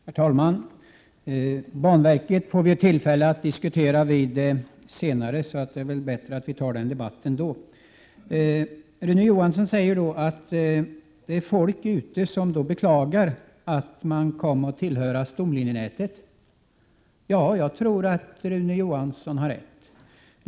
Herr talman! Banverket får vi tillfälle att diskutera vid ett senare tillfälle. Det är bättre att ta den debatten då. Rune Johansson säger att det är folk som beklagar att de kommer att tillhöra stomlinjenätet. Ja, jag tror att Rune Johansson har rätt.